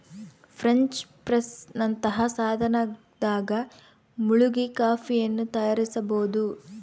French press ನಂತಹ ಸಾಧನದಾಗ ಮುಳುಗಿ ಕಾಫಿಯನ್ನು ತಯಾರಿಸಬೋದು